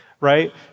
Right